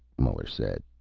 muller said.